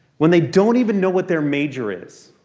when they don't even know what their major is.